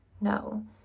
no